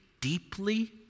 deeply